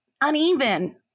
uneven